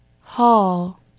Hall